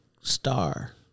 star